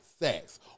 sex